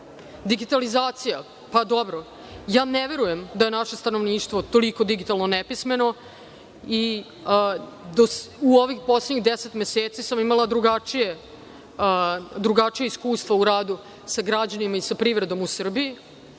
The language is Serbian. korist. Digitalizacija, dobro ne verujem da je naše stanovništvo toliko digitalno nepismeno. U ovih poslednjih deset meseci sam imala drugačije iskustvo u radu sa građanima i sa privredom u Srbiji,